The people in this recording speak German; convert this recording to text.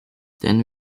denn